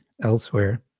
elsewhere